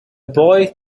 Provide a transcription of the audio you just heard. boy